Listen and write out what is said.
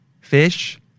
fish